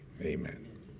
Amen